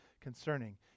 concerning